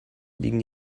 liegen